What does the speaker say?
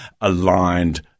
aligned